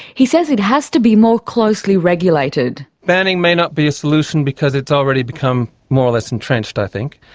he says it has to be more closely regulated. banning may not be a solution because it's already become more or less entrenched, i think.